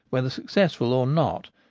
whether successful or not,